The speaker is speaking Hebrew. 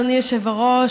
אדוני היושב-ראש,